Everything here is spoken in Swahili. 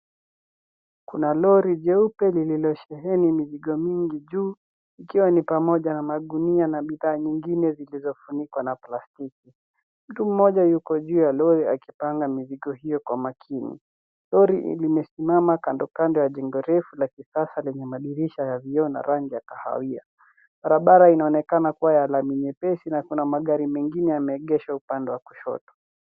Kuna lori jeupe lililosheheni mizigo mingi juu, ikiwa ni pamoja na magunia na bidhaa nyingine zilizofunikwa na plastiki. Mtu mmoja yuko juu ya lori akipanga mizigo hiyo kwa makini. Lori hili limesimama kando kando ya jengo refu la kisasa lenye madirisha ya vioo na rangi ya kahawia. Barabara inaonekana kuwa ya lami nyepesi na kuna magari mengine yameegeshwa upande wa kushoto.